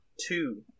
Two